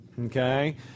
okay